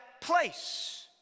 place